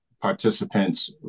participants